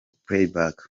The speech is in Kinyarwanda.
playback